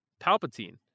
Palpatine